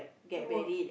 work